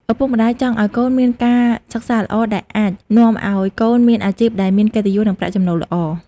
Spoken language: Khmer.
ឪពុកម្ដាយចង់ឲ្យកូនមានការសិក្សាល្អដែលអាចនាំឲ្យកូនមានអាជីពដែលមានកិត្តិយស និងប្រាក់ចំណូលល្អ។